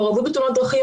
מעורבות בתאונות דרכים.